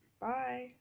bye